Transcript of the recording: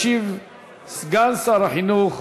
ישיב סגן שר החינוך